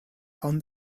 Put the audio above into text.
found